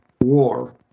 war